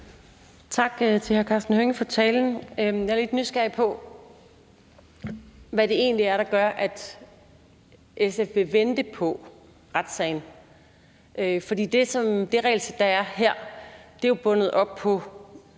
Tak til hr. Karsten Hønge for talen. Jeg er lidt nysgerrig på, hvad det egentlig er, der gør, at SF vil vente på retssagen. For det regelsæt, der er her, er jo bundet op på